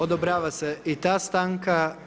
Odobrava se i ta stanka.